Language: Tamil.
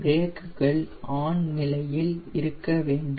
பிரேக்குகள் ஆன் நிலையில் இருக்க வேண்டும்